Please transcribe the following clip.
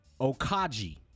Okaji